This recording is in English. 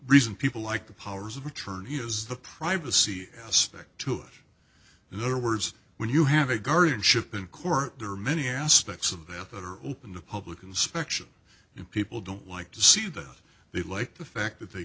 reason people like the powers of attorney is the privacy aspect to it in other words when you have a guardianship in court there are many aspects of that that are open to public inspection and people don't like to see that they like the fact that they